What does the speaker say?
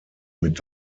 mit